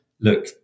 look